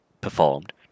performed